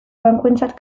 bankuentzat